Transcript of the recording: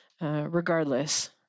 regardless